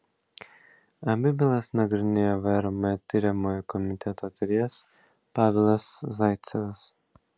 abi bylas nagrinėjo vrm tiriamojo komiteto tyrėjas pavelas zaicevas